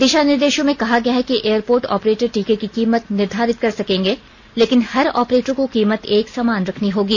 दिशा निर्देशों में कहा गया है कि एयरपोर्ट ऑपरेटर टीके की कीमत निर्धारित कर सकेंगे लेकिन हर ऑपरेटर को कीमत एक समान रखनी होगी